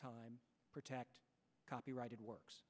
time protect copyrighted works